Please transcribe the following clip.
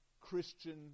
Christian